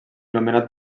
nomenat